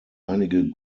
einige